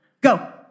Go